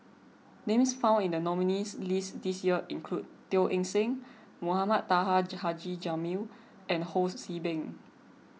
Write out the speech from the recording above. names found in the nominees' list this year include Teo Eng Seng Mohamed Taha Haji Jamil and Ho See Beng